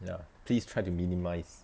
ya please try to minimise